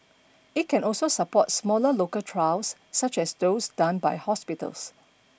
it can also support smaller local trials such as those done by hospitals